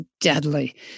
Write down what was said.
deadly